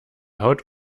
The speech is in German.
haut